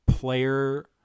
player